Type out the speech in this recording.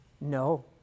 No